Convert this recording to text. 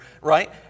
right